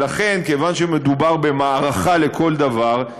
ולכן, כיוון שמדובר במערכה לכל דבר,